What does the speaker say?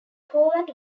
poland